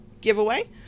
giveaway